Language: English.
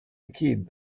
kid